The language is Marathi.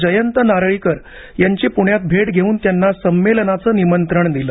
जयंत नारळीकर यांची पुण्यात भेट घेऊन त्यांना संमेलनाचं निमंत्रण दिलं